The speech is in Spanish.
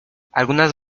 algunas